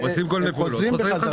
עושים כל מיני פעולות וחוזרים לכאן.